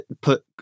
put